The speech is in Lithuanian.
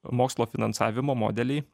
mokslo finansavimo modeliai